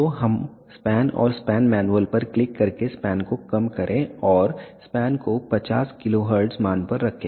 तो हम स्पैन और स्पैन मैनुअल पर क्लिक करके स्पैन को कम करें और स्पैन को 50 kHz मान पर रखें